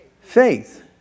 Faith